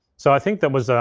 so i think there was a,